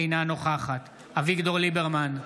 אינה נוכחת אביגדור ליברמן,